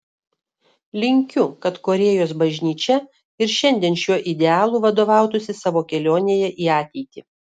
linkiu kad korėjos bažnyčia ir šiandien šiuo idealu vadovautųsi savo kelionėje į ateitį